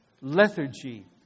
lethargy